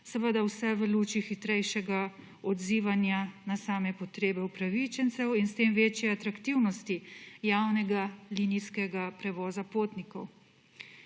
seveda vse v luči hitrejšega odzivanja na same potrebe upravičencev in s tem večje atraktivnosti javnega linijskega prevoza potnikov.